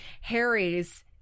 Harry's